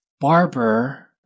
barber